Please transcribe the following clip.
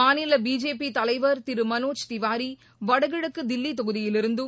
மாநில பிஜேபி தலைவர் திரு மனோஜ திவாரி வடகிழக்கு தில்லி தொகுதியிலிருந்தும்